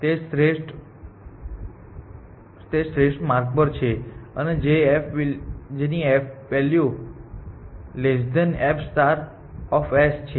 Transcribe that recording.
જે શ્રેષ્ઠ માર્ગ પર છે અને જેની f વેલ્યુ f છે